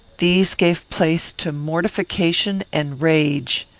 these gave place to mortification and rage.